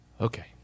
Okay